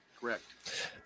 correct